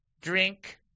drink